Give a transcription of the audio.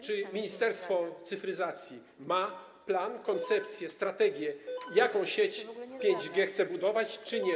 Czy Ministerstwo Cyfryzacji ma plan, koncepcję, strategię, jaką sieć 5G chce budować, czy nie?